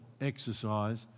exercise